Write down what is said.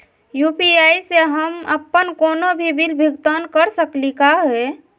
UPI स हम अप्पन कोनो भी बिल भुगतान कर सकली का हे?